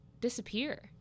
disappear